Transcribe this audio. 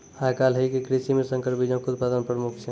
आइ काल्हि के कृषि मे संकर बीजो के उत्पादन प्रमुख छै